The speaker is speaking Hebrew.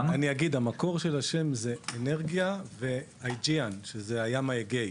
המקור של השם זה אנרגיה ו-Aegean, שזה הים האגאי.